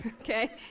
okay